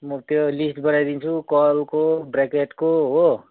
म त्यो लिस्ट बनाइदिन्छु कलको ब्रेकेटको हो